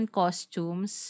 costumes